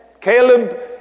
Caleb